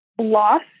loss